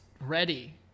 ready